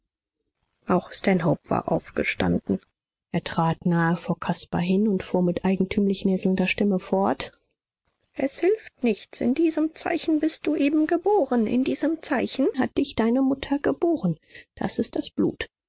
war aufgestanden er trat nahe vor caspar hin und fuhr mit eigentümlich näselnder stimme fort es hilft nichts in diesem zeichen bist du eben geboren in diesem zeichen hat dich deine mutter geboren das ist das blut